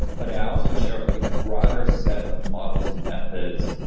but i also share a broader set of models and methods.